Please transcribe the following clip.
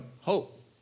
Hope